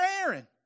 Aaron